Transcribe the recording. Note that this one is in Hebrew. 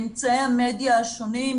באמצעי המדיה השונים,